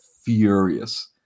furious